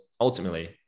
ultimately